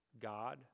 God